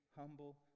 humble